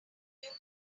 some